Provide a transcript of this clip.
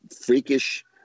freakish